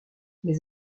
mais